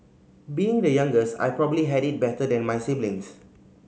being the youngest I probably had it better than my siblings